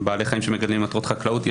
בעלי חיים שמגדלים למטרות חקלאות.